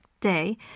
day